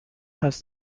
has